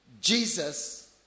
Jesus